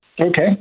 okay